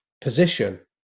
position